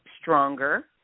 stronger